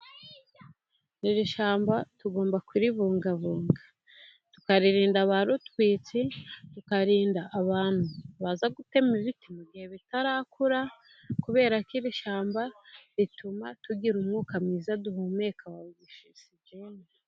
Iri shyamba tugomba kuribungabunga, tukaririnda a ba rutwitsi, tukaririnda abantu baza gutema ibiti mu gihe bitarakura, kubera ko iri shyamba rituma tugira umwuka mwiza duhumeka.